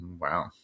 Wow